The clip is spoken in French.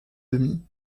demie